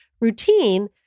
routine